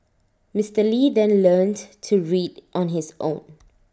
Mister lee then learnt to read on his own